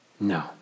No